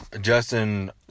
Justin